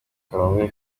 akanama